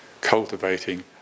cultivating